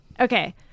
Okay